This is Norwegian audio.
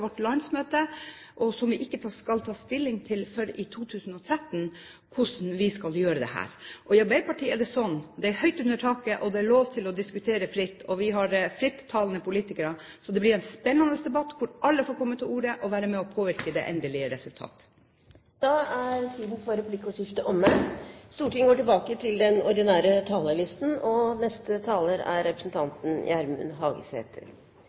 Vi skal ikke før i 2013 ta stilling til hvordan vi skal gjøre dette. I Arbeiderpartiet er det høyt under taket, og det er lov til å diskutere fritt. Vi har frittalende politikere. Så det blir en spennende debatt, der alle får komme til orde og være med og påvirke det endelige resultatet. Replikkordskiftet er omme. Før eg startar på innlegget mitt, vil eg gjerne takke representanten Ingalill Olsen for svaret hennar på spørsmålet mitt. Det svaret understreka tydeleg at Arbeidarpartiet er